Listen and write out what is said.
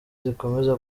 zikomeza